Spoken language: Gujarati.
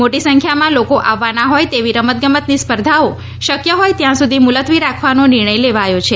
મોટી સંખ્યામાં લોકો આવવાના હોય તેવી રમત ગમતની સ્પર્ધાઓ શક્ય હોય ત્યાં સુધી મુલતવી રાખવાનો નિર્ણય લેવાયો છે